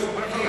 מצביעים,